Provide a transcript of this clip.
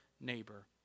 neighbor